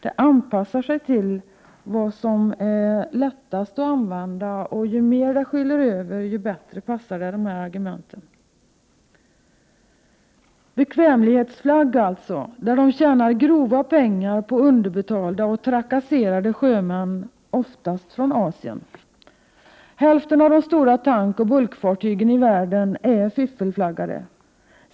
Det anpassar sig till vad som är lättast att använda, och ju mer det skyler över, desto bättre passar det de här argumenten! Hälften av de stora tankoch bulkfartygen i världen är fiffelflaggade.